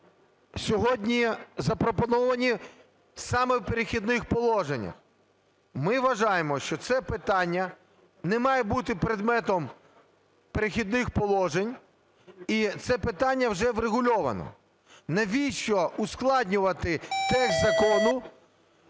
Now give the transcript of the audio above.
сьогодні запропоновані саме в "Перехідних положеннях". Ми вважаємо, що це питання не має бути предметом "Перехідних положень", і це питання вже врегульовано. Навіщо ускладнювати текст закону